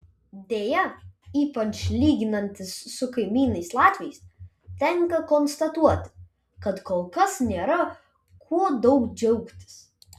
deja ypač lyginantis su kaimynais latviais tenka konstatuoti kad kol kas nėra kuo daug džiaugtis